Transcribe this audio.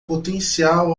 potencial